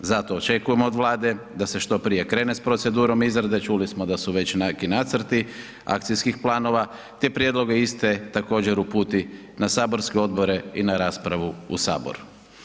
Zato očekujemo od Vlade da se što prije krene s procedurom izrade, čuli smo da su već nekakvi nacrti akcijskih planova te prijedloge iste također, uputi na saborske odbore i na raspravu u Saboru.